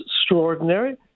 extraordinary